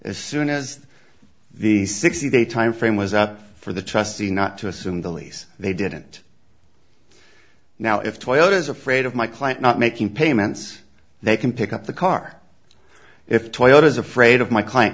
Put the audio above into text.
as soon as the sixty day timeframe was up for the trustee not to assume the lease they didn't now if toyotas afraid of my client not making payments they can pick up the car if toyota is afraid of my client